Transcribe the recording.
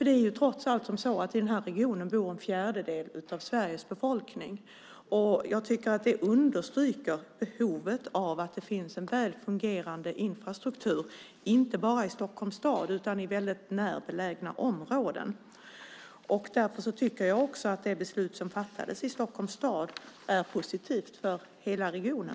Det är trots allt så att i den här regionen bor en fjärdedel av Sveriges befolkning. Jag tycker att det understryker behovet av att det finns en väl fungerande infrastruktur, inte bara i Stockholms stad utan i mycket närbelägna områden. Därför tycker jag också att det beslut som fattades i Stockholms stad är positivt för hela regionen.